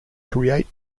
create